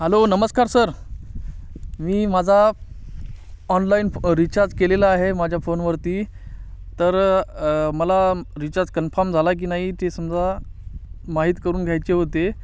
hello नमस्कार sir मी माझा ऑनलाईन रिचार्ज केलेला आहे माझ्या फोनवरती तर मला रिचार्ज कन्फर्म झाला की नाही ते समजा माहीत करून घ्यायचे होते